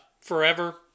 Forever